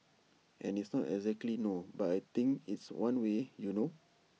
and it's not exactly no but I think it's one way you know